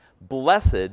Blessed